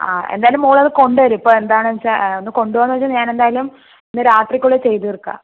ആ എന്തായാലും മോൾ അത് കൊണ്ടുവരു ഇപ്പോൾ എന്താണെന്നുവച്ചാൽ ഒന്ന് കൊണ്ടുവന്നുവച്ചാൽ ഞാൻ എന്തായാലും ഇന്ന് രാത്രിക്കുള്ളിൽ ചെയ്തു തീർക്കാം